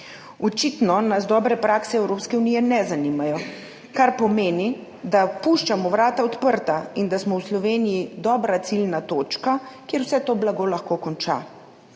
Očitno nas dobre prakse Evropske unije ne zanimajo, kar pomeni, da puščamo vrata odprta in da smo v Sloveniji dobra ciljna točka, kjer lahko vse to blago konča.